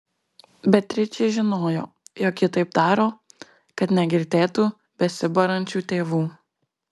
beatričė žinojo jog ji taip daro kad negirdėtų besibarančių tėvų